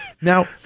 Now